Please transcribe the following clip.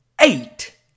Eight